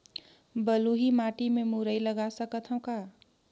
बलुही माटी मे मुरई लगा सकथव का?